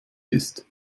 bist